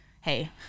hey